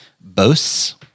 boasts-